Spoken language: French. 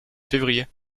février